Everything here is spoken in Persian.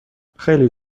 خیلی